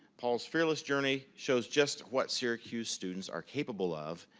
paul's fearless journey shows just what syracuse students are capable of.